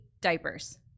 diapers